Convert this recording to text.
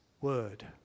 Word